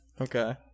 Okay